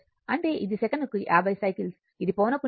అంటే ఇది సెకనుకు 50 సైకిల్స్ ఇది ఫ్రీక్వెన్సీ